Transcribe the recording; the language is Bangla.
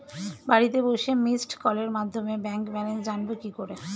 বাড়িতে বসে মিসড্ কলের মাধ্যমে ব্যাংক ব্যালেন্স জানবো কি করে?